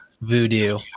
voodoo